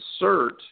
insert